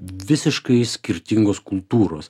visiškai skirtingos kultūros